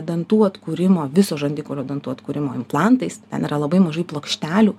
dantų atkūrimo viso žandikaulio dantų atkūrimo implantais ten yra labai mažai plokštelių